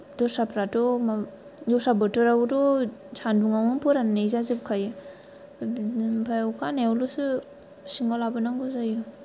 दस्राफ्राथ' मा दस्रा बोथोरावथ' सानदुंआवनो फोरान्नाय जाजोबखायो ओमफ्राय बिदिनो अखा हानायावल'सो सिङाव लाबोनांगौ जायो